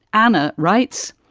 anna writes,